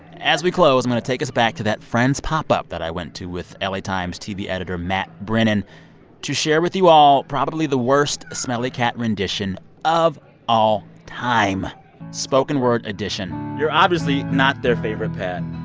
as we close, i'm going to take us back to that friends pop-up that i went to with la times tv editor matt brennan to share with you all probably the worst smelly cat rendition of all time spoken-word edition you're obviously not their favorite pet